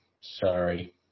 Sorry